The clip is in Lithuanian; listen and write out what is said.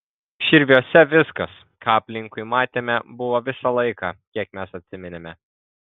širviuose viskas ką aplinkui matėme buvo visą laiką kiek mes atsiminėme